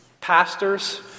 Pastors